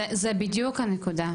זו בדיוק הנקודה,